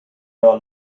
are